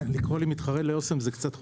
לקרוא לי מתחרה של אסם זה קצת --- "בקטנה",